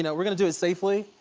you know we're gonna do it safely,